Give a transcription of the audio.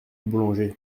boulanger